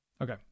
Okay